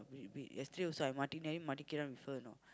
bit bit I still also with her you know